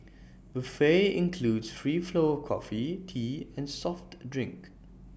buffet includes free flow of coffee tea and soft drinks